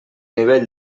nivell